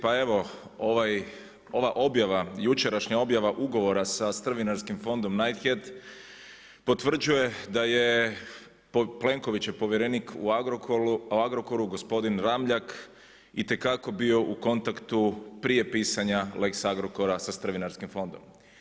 Pa evo ova objava, jučerašnja objava ugovora sa strvinarskim fondom Knighthead potvrđuje da je Plenkovićev povjerenik u Agrokoru gospodin Ramljak itekako bio u kontaktu prije pisanja lex Agrokora sa strvinarskim fondom.